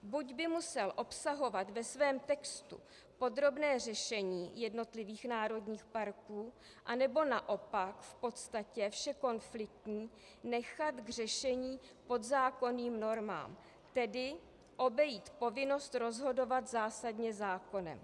Buď by musel obsahovat ve svém textu podrobné řešení jednotlivých národních parků, nebo naopak v podstatě vše konfliktní nechat k řešení podzákonným normám, tedy obejít povinnost rozhodovat zásadně zákonem.